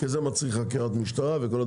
כי זה מצריך חקירת משטרה וכו'.